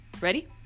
Ready